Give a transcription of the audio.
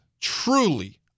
truly